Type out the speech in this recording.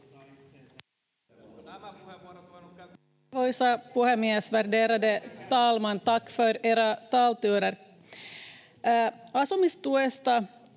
Näitä puheenvuoroja